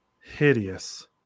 hideous